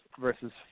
versus